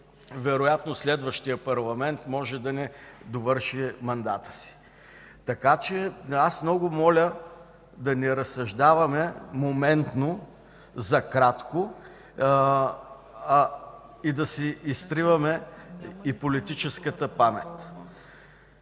вероятно следващият парламент може да не довърши мандата си, така че много моля да не разсъждаваме моментно, за кратко и да си изтриваме политическата памет.